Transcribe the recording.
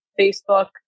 Facebook